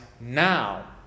now